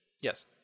Yes